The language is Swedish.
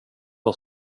vad